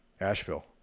Asheville